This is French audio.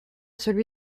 celui